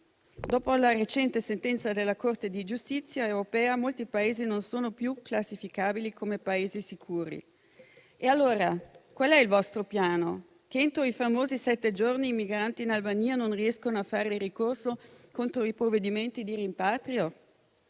Dopo la recente sentenza della Corte di giustizia europea, molti Paesi non sono più classificabili come Paesi sicuri. Allora qual è il vostro piano? È che entro i famosi sette giorni i migranti in Albania non riescano a fare ricorso contro i provvedimenti di rimpatrio?